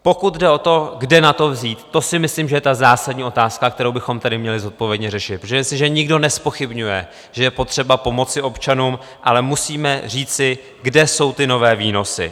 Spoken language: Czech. Pokud jde o to, kde na to vzít, to si myslím, že je ta zásadní otázka, kterou bychom tady měli zodpovědně řešit, protože jestliže nikdo nezpochybňuje, že je potřeba pomoci občanům, ale musíme říci, kde jsou ty nové výnosy.